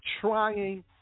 trying